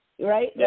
right